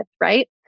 right